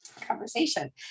conversation